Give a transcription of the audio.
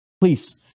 please